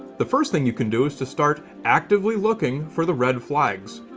the first thing you can do is to start actively looking for the red flags.